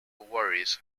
worries